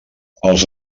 els